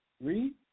Read